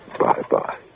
Bye-bye